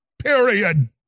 Period